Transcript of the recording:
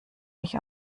mich